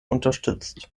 unterstützt